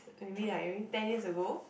maybe like maybe ten years ago